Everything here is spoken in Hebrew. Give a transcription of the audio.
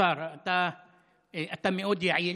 כבוד השר, אתה מאוד יעיל,